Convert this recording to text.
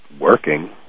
working